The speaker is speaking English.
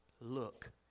look